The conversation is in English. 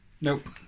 Nope